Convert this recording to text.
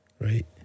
Right